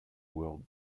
will